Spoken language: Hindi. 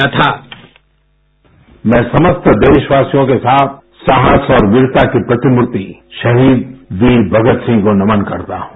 बाईट मैं समस्त देशवासियों के साथ साहस और वीरता की प्रतिमूर्ति शहीद वीर भगतसिंह को नमन करता हूँ